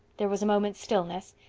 there was moment's stillness.